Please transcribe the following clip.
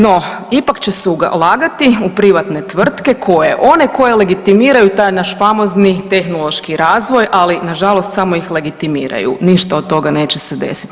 No ipak će se ulagati u privatne tvrtke koje, one koje legitimiraju taj naš famozni tehnološki razvoj, ali nažalost samo ih legitimiraju, ništa od toga neće se desiti.